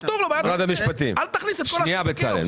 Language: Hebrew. תפתור לו בעיית קצה, אל תכניס את כל השוק לכאוס.